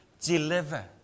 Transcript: deliver